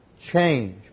Change